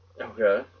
Okay